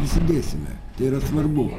prisidėsime tai yra svarbu